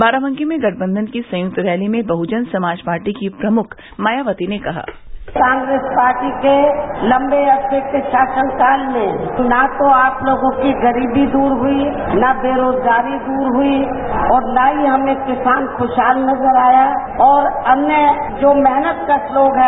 बाराबंकी में गठबंधन की संयुक्त रैली में बहुजन समाज पार्टी की प्रमुख मायावती ने कहा कांग्रेस पार्टी के लवे अरसे से शासनकाल में न तो आप लोगों की गरीबी दूर हुई न बेरोजगारी दूर हुई और न ही हमें किसान खुराहाल नजर आया और अन्य जो मेहनतकश लोग हैं